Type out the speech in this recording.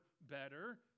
better